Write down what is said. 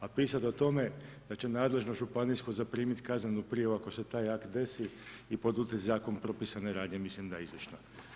A pisati o tome da će nadležno županijsko zaprimiti kaznenu prijavu ako se taj akt desi i … zakon propisane radnje mislim da je izišla.